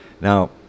Now